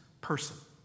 person